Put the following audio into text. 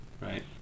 Right